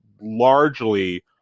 largely